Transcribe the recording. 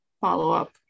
follow-up